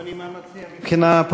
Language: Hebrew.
אדוני, מה אתה מציע, מבחינה פרוצדורלית?